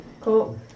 Cool